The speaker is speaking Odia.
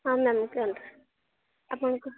ହଁ ମ୍ୟାମ୍ କୁହନ୍ତୁ ଆପଣଙ୍କୁ